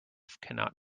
cannot